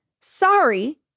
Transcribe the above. sorry